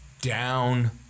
down